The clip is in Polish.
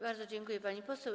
Bardzo dziękuję, pani poseł.